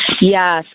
Yes